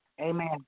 Amen